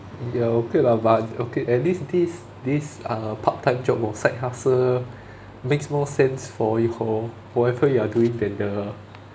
ya okay lah but okay at least this this uh part time job or side hustle makes more sense for your whatever you are doing than the